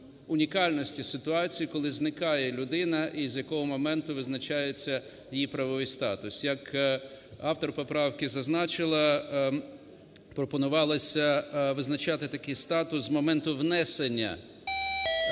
унікальності ситуації, коли зникає людина і з якого моменту визначається її правовий статус. Як автор поправки зазначила, пропонувалося визначати такий статус з моменту внесення